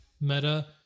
meta